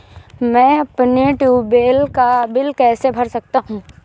मैं अपने ट्यूबवेल का बिल कैसे भर सकता हूँ?